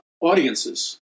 audiences